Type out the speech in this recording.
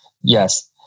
Yes